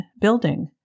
building